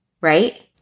Right